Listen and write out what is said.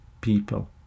people